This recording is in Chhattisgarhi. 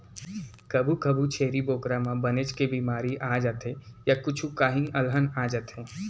कभू कभू छेरी बोकरा म बनेच के बेमारी आ जाथे य कुछु काही अलहन आ जाथे